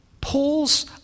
Paul's